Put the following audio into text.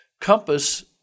Compass